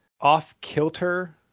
off-kilter